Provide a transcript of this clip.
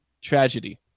tragedy